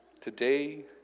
Today